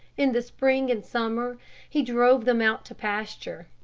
in the spring and summer he drove them out to pasture,